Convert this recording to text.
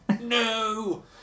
No